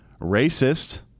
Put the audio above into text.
racist